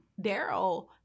Daryl